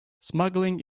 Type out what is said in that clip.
smuggling